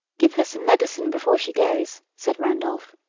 give her some medicine before she goes, said randolph.